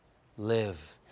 live.